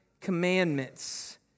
commandments